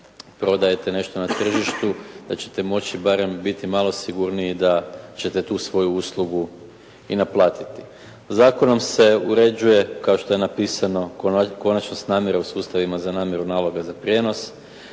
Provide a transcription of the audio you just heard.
prodajete nešto na tržištu da ćete moći barem biti malo sigurniji da ćete tu svoju uslugu i naplatiti. Zakonom se uređuje, kao što je napisano, konačnost namire u sustavima za namiru naloga za prijenos.